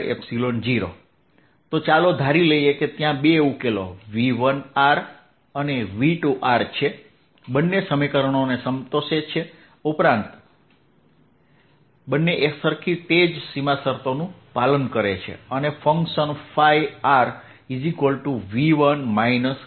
તેથી ∇2v r0 ચાલો ધારી લઈએ કે ત્યાં બે ઉકેલો V1 અને V2છે બંને આ સમીકરણને સંતોષે છે ઉપરાંત બંને એકસરખી તે જ સીમા શરતોનું પાલન કરે છે